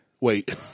Wait